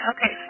Okay